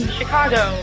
Chicago